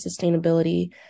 sustainability